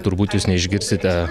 turbūt jūs neišgirsite